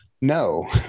no